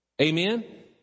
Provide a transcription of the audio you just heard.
Amen